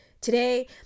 Today